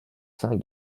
saint